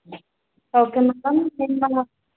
okay madam